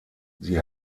sie